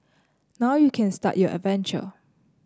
now you can start your adventure